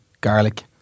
garlic